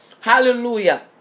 Hallelujah